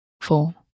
four